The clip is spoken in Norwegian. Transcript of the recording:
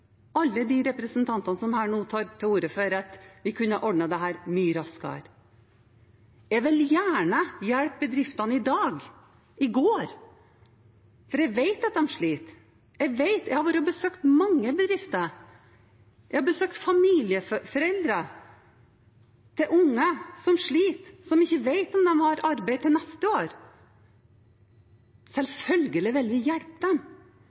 alle de representantene som nå tar til orde for at vi kunne ha ordnet dette mye raskere. Jeg vil gjerne hjelpe bedriftene i dag, i går, for jeg vet at de sliter. Jeg vet det. Jeg har vært og besøkt mange bedrifter. Jeg har besøkt familieforeldre til unger som sliter, og som ikke vet om de har arbeid til neste år. Selvfølgelig vil vi hjelpe